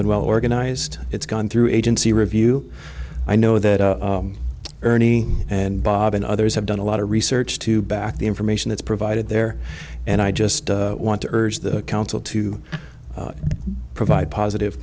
and well organized it's gone through agency review i know that ernie and bob and others have done a lot of research to back the information that's provided there and i just want to urge the council to provide positive